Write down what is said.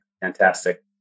fantastic